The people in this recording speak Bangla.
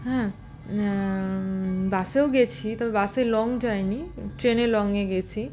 হ্যাঁ বাসেও গেছি তবে বাসে লং যাইনি ট্রেনে লংয়ে গেছি